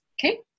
Okay